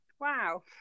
Wow